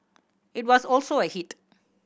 it was also a hit